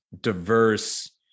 diverse